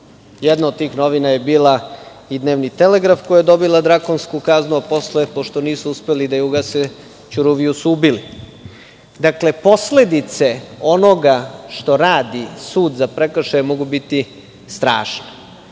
Jedna od tih novina je bila Dnevni telegraf, koja je dobila drakonsku kaznu, a posle, pošto nisu uspeli da je ugase, Ćuruviju su ubili. Dakle, posledice onoga što radi sud za prekršaje, mogu biti strašne.